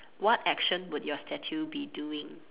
what action would your statue be doing